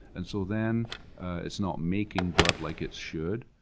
and so then it's not making blood like it should,